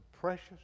precious